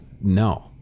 no